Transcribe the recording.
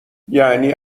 یعنی